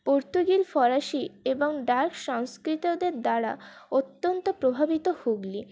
পোর্তুগিজ ফরাসি এবং ডাচ সংস্কৃতদের দ্বারা অত্যন্ত প্রভাবিত হুগলী